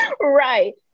right